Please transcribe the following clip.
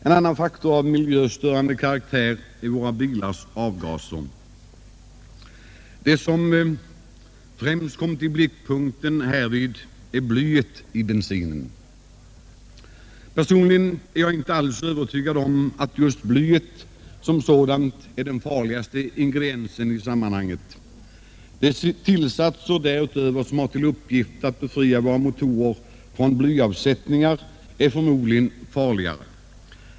En annan faktor av miljöstörande karaktär är våra bilars avgaser. Det som främst kommit i blickpunkten härvid är blyet i bensinen. Personligen är jag inte alls övertygad om att just blyet som sådant är den farligaste ingrediensen i sammanhanget. De tillsatser som har till uppgift att befria våra motorer från blyavsättningar är förmodligen farligare.